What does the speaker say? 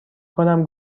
کنم